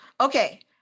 Okay